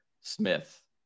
Smith